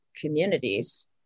communities